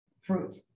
fruit